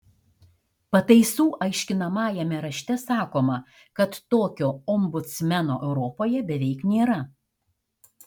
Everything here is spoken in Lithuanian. pataisų aiškinamajame rašte sakoma kad tokio ombudsmeno europoje beveik nėra